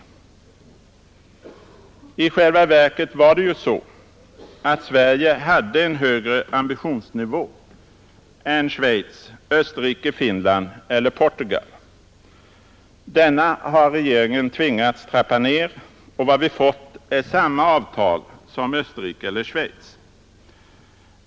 I själva verket hade ju Sverige en högre ambitionsnivå än Schweiz, Österrike, Finland eller Portugal. Denna har regeringen tvingats trappa ner, och vad vi fått är samma avtal som Österrike och Schweiz.